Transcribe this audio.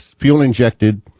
fuel-injected